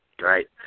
Right